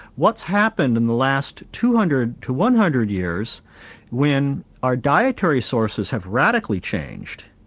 what's happened in the last two hundred to one hundred years when our dietary sources have radically changed